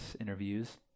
interviews